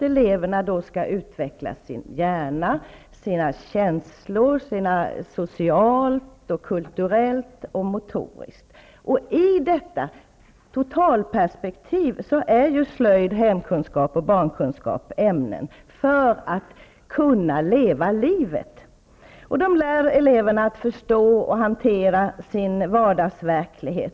Eleverna skall utveckla sin hjärna, sina känslor och utvecklas socialt, kulturellt och motoriskt. I detta totalperspektiv är slöjd, hemkunskap och barnkunskap ämnen som behövs för att eleverna skall kunna leva livet. Man lär eleverna att förstå och hantera sin vardagsverklighet.